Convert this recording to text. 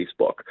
Facebook